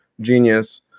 genius